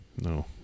no